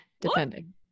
depending